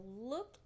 look